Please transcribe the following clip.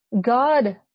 God